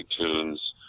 iTunes